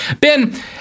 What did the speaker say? Ben